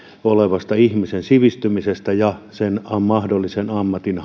olevasta ihmisen sivistymisestä ja sen mahdollisen ammatin